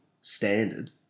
standard